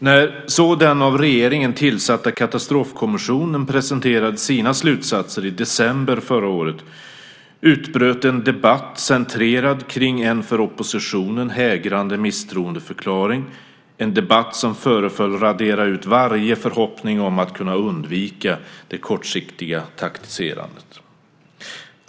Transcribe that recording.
När så den av regeringen tillsatta Katastrofkommissionen presenterade sina slutsatser i december förra året utbröt en debatt centrerad kring en för oppositionen hägrande misstroendeförklaring. Det var en debatt som föreföll radera ut varje förhoppning om att kunna undvika det kortsiktiga taktiserandet.